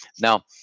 Now